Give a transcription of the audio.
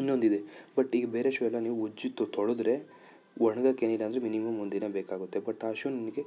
ಇನ್ನೊಂದಿದೆ ಬಟ್ ಈಗ ಬೇರೆ ಶೂ ಎಲ್ಲ ನೀವು ಉಜ್ಜಿ ತೊಳೆದ್ರೆ ಒಣಗೋಕ್ಕೆ ಏನಿಲ್ಲ ಅಂದರು ಮಿನಿಮಮ್ ಒಂದು ದಿನ ಬೇಕಾಗುತ್ತೆ ಬಟ್ ಆ ಶೂ ನಿಮಗೆ